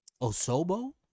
Osobo